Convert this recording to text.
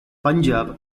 punjab